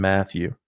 Matthew